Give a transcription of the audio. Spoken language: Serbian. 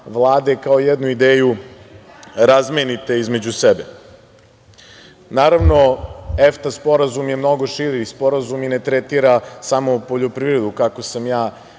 Vlade kao jednu ideju razmenite između sebe. Naravno, EFTA sporazum je mnogo širi sporazum i ne tretira samo poljoprivredu kako sam ja